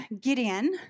Gideon